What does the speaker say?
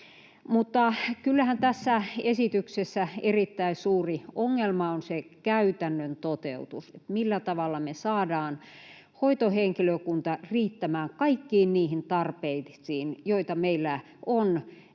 Mutta kyllähän tässä esityksessä erittäin suuri ongelma on se käytännön toteutus, millä tavalla me saadaan hoitohenkilökunta riittämään kaikkiin niihin tarpeisiin, joita meillä on ennen